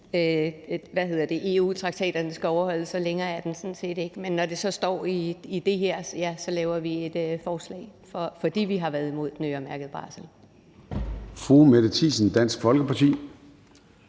EU-traktaterne skal overholdes. Længere er den sådan set ikke. Men når der så står det her, ja, så fremsætter vi et forslag, fordi vi har været imod den øremærkede barsel.